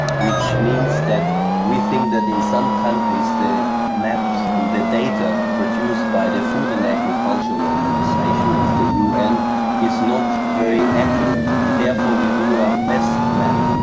which means that we think that in some countries the maps and the data produced by the food and agricultural organisation of the un is not very accurate, and therefore we do ah best map.